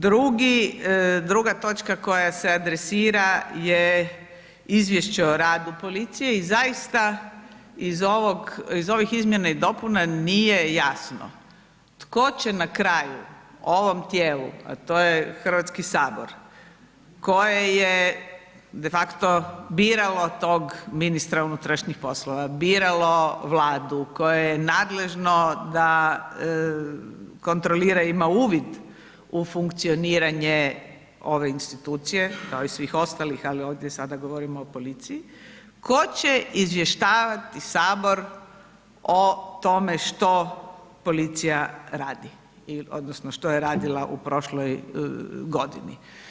Druga točka koja se adresira je izvješće o radu policije i zaista iz ovih izmjena i dopuna nije jasno tko će na kraju u ovom tijelu a to je Hrvatski sabor koje je de facto biralo tog ministra unutrašnjih poslova, biralo Vladu, koje je nadležno da kontrolira i ima uvid u funkcioniranje ove institucije kao i svih ostalih ali ovdje sada govorimo o policiji, tko će izvještavati Sabor o tome što policija radi odnosno što je radila u prošloj godini.